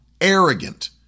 arrogant